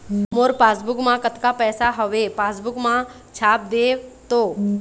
मोर passbook मा कतका पैसा हवे पासबुक मा छाप देव तो?